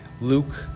luke